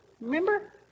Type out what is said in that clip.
remember